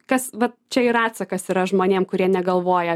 kas vat čia ir atsakas yra žmonėms kurie negalvoja